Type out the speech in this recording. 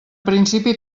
principi